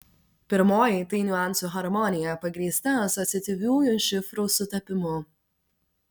pirmoji tai niuansų harmonija pagrįsta asociatyviųjų šifrų sutapimu